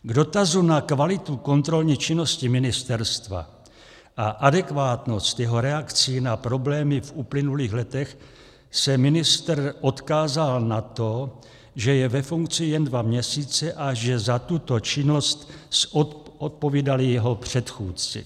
K dotazu na kvalitu kontrolní činnosti ministerstva a adekvátnost jeho reakcí na problémy v uplynulých letech se ministr odkázal na to, že je ve funkci jen dva měsíce a že za tuto činnost zodpovídali jeho předchůdci.